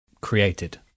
created